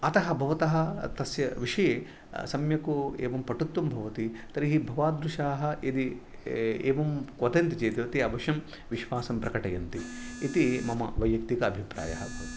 अतः भवतः तस्य विषये सम्यक् एवं पटुत्वं भवति तर्हि भवादृशाः यदि एवं वदन्ति चेत् अति अवश्यं विश्वासं प्रकटयन्ति इति मम वैयक्तिक अभिप्रायः भवति